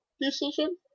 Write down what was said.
decision